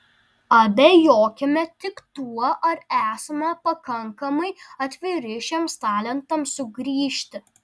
abejokime tik tuo ar esame pakankamai atviri šiems talentams sugrįžti